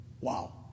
Wow